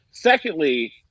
Secondly